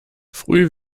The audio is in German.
früh